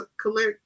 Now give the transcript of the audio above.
collect